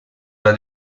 alla